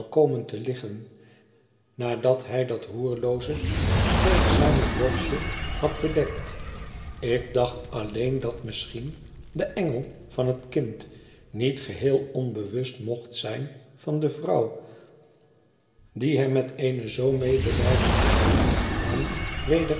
komen te liggen nadat hij dat roerlooze vreedzame borstje had bedekt ik dacht alleen dat misschien de engel van het kind niet geheel onbewust mocht zijn van de vrouw die hem met eene zoo melijdende hand